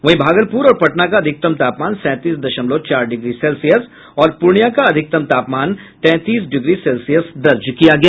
वहीं भागलपुर और पटना का अधिकतम तापमान सैंतीस दशमलव चार डिग्री सेल्सियस और पूर्णियां का अधिकतम तापमान तैंतीस डिग्री सेल्सियस दर्ज किया गया